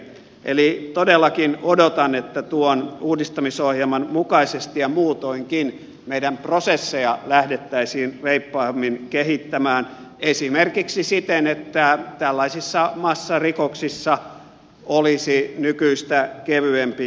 eli todellakin odotan että tuon uudistamisohjelman mukaisesti ja muutoinkin meidän prosesseja lähdettäisiin reippaammin kehittämään esimerkiksi siten että tällaisissa massarikoksissa olisi nykyistä kevyempi menettely